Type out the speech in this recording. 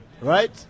right